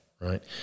right